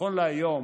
נכון להיום,